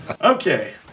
Okay